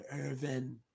Irvin